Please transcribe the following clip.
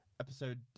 episode